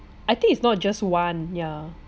I think it's not just one ya